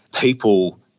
people